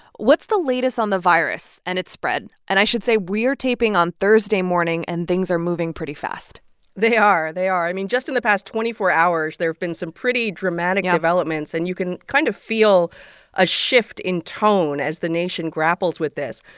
what's the latest on the virus and its spread? and i should say, we're taping on thursday morning, and things are moving pretty fast they are. they are. i mean, just in the past twenty four hours, there have been some pretty dramatic developments yeah and you can kind of feel a shift in tone as the nation grapples with this.